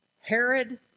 Herod